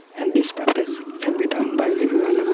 and this practice can be done by every one